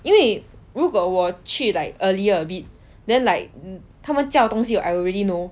因为如果我去 like earlier a bit then like 他们教的东西 I already know